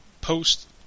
post